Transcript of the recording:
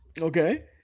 Okay